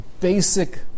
basic